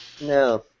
No